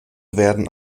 werden